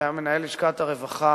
שהיה מנהל לשכת הרווחה